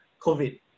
COVID